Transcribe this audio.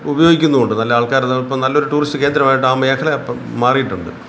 ഉപയോഗിക്കുന്നുമുണ്ട് നല്ല ആൾക്കാർ അതോടൊപ്പം നല്ലൊരു ടൂറിസ്റ്റ് കേന്ദ്രമായിട്ട് ആ മേഖല ഇപ്പം മാറിയിട്ടുണ്ട്